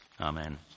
Amen